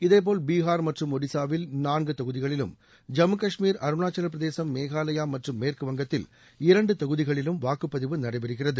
இதேபோல் பீஹார் மற்றும் ஒடிசாவில் நான்கு தொகுதிகளிலும் ஜம்மு கஷ்மீர் அருணாச்சலப் பிரதேசம் மேகாலயா மற்றும் மேற்குவங்கத்தில் இரண்டு தொகுதிகளிலும் வாக்குப் பதிவு நடைபெறுகிறது